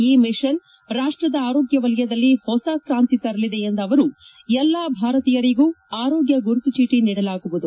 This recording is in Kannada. ಈ ಮಿಷನ್ ರಾಷ್ಲದ ಆರೋಗ್ಯ ವಲಯದಲ್ಲಿ ಹೊಸ ಕ್ರಾಂತಿ ತರಲಿದೆ ಎಂದ ಅವರು ಎಲ್ಲ ಭಾರತೀಯರಿಗೂ ಆರೋಗ್ಯ ಗುರುತು ಚೀಟಿ ನೀಡಲಾಗುವುದು